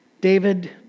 David